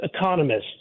economists